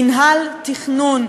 מינהל תכנון,